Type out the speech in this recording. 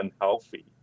unhealthy